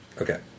Okay